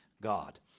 God